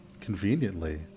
conveniently